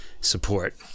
support